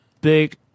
big